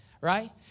right